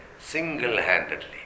single-handedly